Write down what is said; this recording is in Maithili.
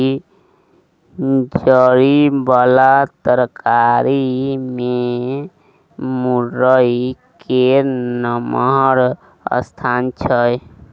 जरि बला तरकारी मे मूरइ केर नमहर स्थान छै